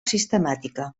sistemàtica